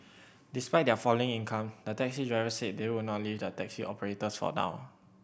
despite their falling income the taxi drivers said they would not leave the taxi operators for now